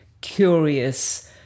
curious